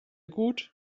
gut